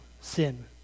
sin